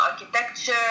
architecture